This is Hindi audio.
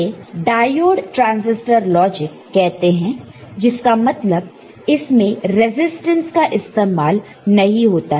इसे डायोड ट्रांसिस्टर लॉजिक कहते हैं जिसका मतलब इसमें रेजिस्टेंस का इस्तेमाल नहीं होता है